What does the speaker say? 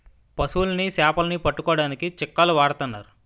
పశువులని సేపలని పట్టుకోడానికి చిక్కాలు వాడతన్నారు